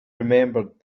remembered